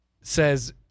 says